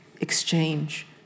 exchange